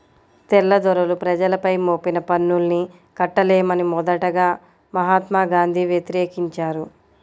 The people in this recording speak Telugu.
తెల్లదొరలు ప్రజలపై మోపిన పన్నుల్ని కట్టలేమని మొదటగా మహాత్మా గాంధీ వ్యతిరేకించారు